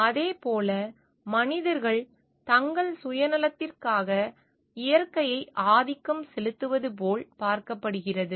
அதேபோல மனிதர்கள் தங்கள் சுயநலத்துக்காக இயற்கையை ஆதிக்கம் செலுத்துவது போல் பார்க்கப்படுகிறது